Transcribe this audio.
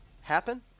happen